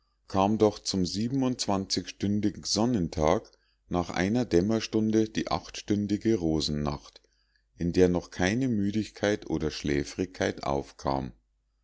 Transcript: kam doch zum siebenundzwanzigstündigen sonnentag nach einer dämmerstunde die achtstündige rosennacht in der noch keine müdigkeit oder schläfrigkeit aufkam